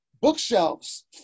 bookshelves